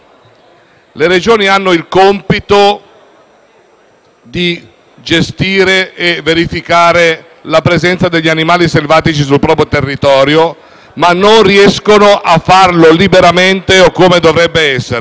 Le Regioni hanno il compito di gestire e verificare la presenza degli animali selvatici sul proprio territorio, ma non riescono a farlo liberamente o come si dovrebbe.